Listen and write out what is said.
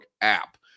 app